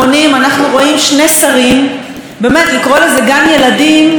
באמת לקרוא לזה גן ילדים זה אולי עלבון לילדים בגן.